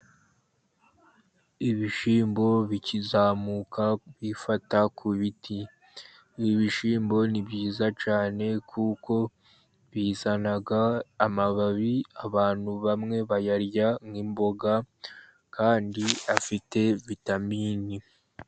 Ibishyimbo bikizamuka bifata ku biti. Ibi bishyimbo ni byiza cyane, kuko bizana amababi abantu bamwe bayarya nk'imboga, kandi afite vitamini.